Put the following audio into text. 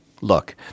Look